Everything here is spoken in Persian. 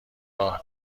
راه